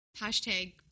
hashtag